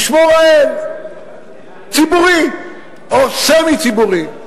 ישמור האל, ציבורי או סמי-ציבורי.